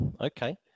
Okay